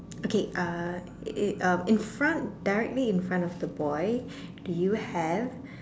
okay uh it in front directly in front of the boy do you have